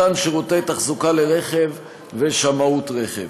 מתן שירותי תחזוקה לרכב ושמאות רכב.